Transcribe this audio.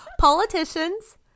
Politicians